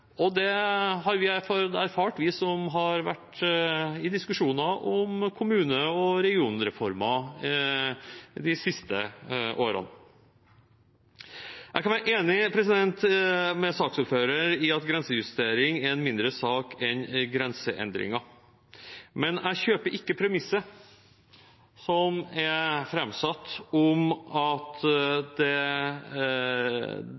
Og det har vi som har vært i diskusjoner om kommune- og regionreformen de siste årene, fått erfare. Jeg kan være enig med saksordføreren i at en grensejustering er en mindre sak enn en grenseendring, men jeg kjøper ikke premisset som er framsatt, om at